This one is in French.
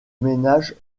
ménage